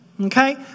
okay